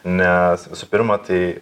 nes visų pirma tai